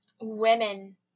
women